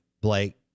Blake